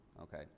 Okay